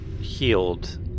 healed